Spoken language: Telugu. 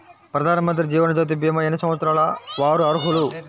ప్రధానమంత్రి జీవనజ్యోతి భీమా ఎన్ని సంవత్సరాల వారు అర్హులు?